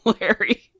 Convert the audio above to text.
Larry